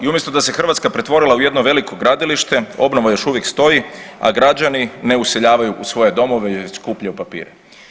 I umjesto da se Hrvatska pretvorila u jedno veliko gradilište obnova još uvijek stoji, a građani ne useljavaju u svoje domove jer skupljaju papire.